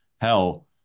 hell